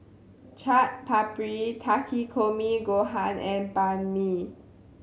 Chaat Papri Takikomi Gohan and Banh Mi